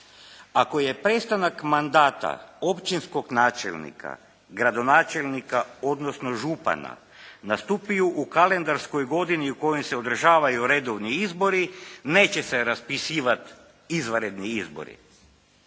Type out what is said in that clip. "Ako je prestanak mandata općinskog načelnika, gradonačelnika odnosno župana nastupio u kalendarskoj godini u kojoj se održavaju redovni izbori neće se raspisivat izvanredni izbori."